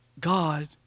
God